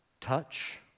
touch